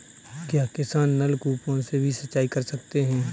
क्या किसान नल कूपों से भी सिंचाई कर सकते हैं?